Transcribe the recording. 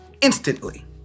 instantly